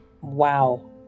Wow